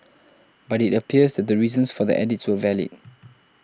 but it appears the reasons for the edits were valid